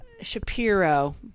Shapiro